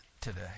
today